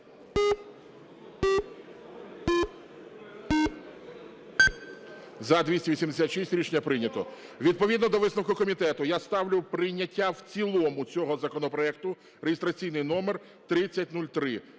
За-286 Рішення прийнято. Відповідно до висновку комітету я ставлю прийняття в цілому цього законопроекту реєстраційний номер 3003: